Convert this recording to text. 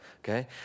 okay